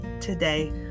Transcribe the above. today